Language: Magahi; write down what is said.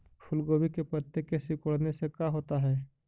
फूल गोभी के पत्ते के सिकुड़ने से का होता है?